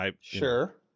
Sure